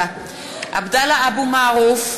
(קוראת בשמות חברי הכנסת) עבדאללה אבו מערוף,